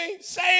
Say